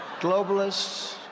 globalists